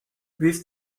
with